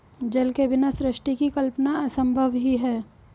जल के बिना सृष्टि की कल्पना असम्भव ही है